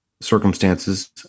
circumstances